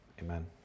amen